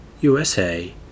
USA